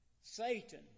Satan